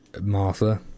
Martha